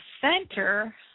center